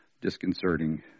disconcerting